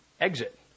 exit